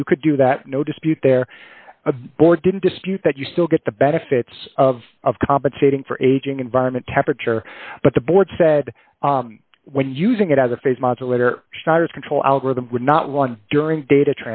modulation you could do that no dispute there the board didn't dispute that you still get the benefits of of compensating for aging environment temperature but the board said when using it as a phase modulator striders control algorithm would not run during data